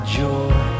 joy